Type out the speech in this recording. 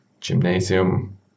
gymnasium